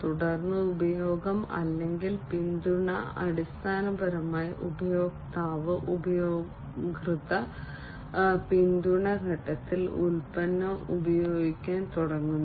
തുടർന്ന് ഉപയോഗം അല്ലെങ്കിൽ പിന്തുണ അടിസ്ഥാനപരമായി ഉപഭോക്താവ് ഉപയോക്തൃ പിന്തുണ ഘട്ടത്തിൽ ഉൽപ്പന്നം ഉപയോഗിക്കാൻ തുടങ്ങുന്നു